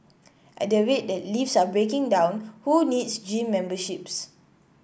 at the rate that lifts are breaking down who needs gym memberships